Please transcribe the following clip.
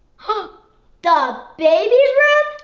but the baby's room.